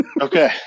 okay